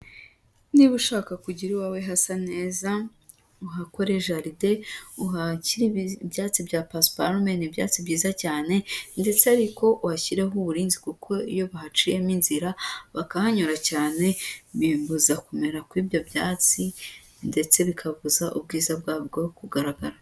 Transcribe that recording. Niba ushaka kugirawawe hasa neza uhakore jarde uhashyire ibyatsi bya pasparme nibyatsi byiza cyane ndetse ariko uhashyiraho uburinzi kuko iyo bahaciyemo inzira bakahanyura cyane bibuza kumera kw'ibyo byatsi ndetse bikabuza ubwiza bwabwo bwo kugaragara.